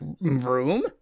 room